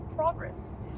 Progress